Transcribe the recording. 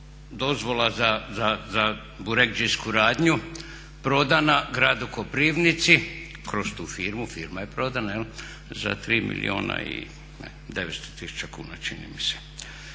dozvola za buregdžijsku radnju, prodana Gradu Koprivnici kroz tu firmu, firma je prodana za 3 milijuna i 900 tisuća kuna čini mi se.